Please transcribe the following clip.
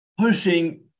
pushing